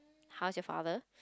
how is your father